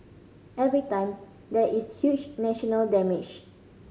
every time there is huge national damage